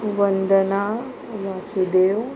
Vandana Vasudev